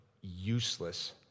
useless